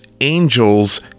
Angels